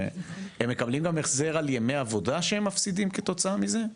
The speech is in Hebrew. הם מקבלים גם החזר על ימי עבודה שהם מפסידים כתוצאה מזה?